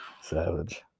Savage